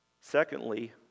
Secondly